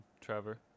Trevor